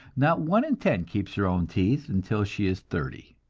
not one in ten keeps her own teeth until she is thirty.